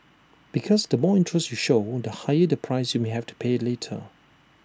because the more interest you show wound the higher the price you may have to pay later